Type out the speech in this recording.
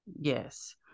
Yes